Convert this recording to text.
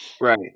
Right